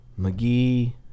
McGee